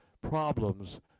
problems